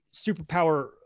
superpower